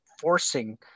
forcing